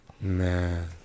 Man